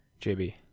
JB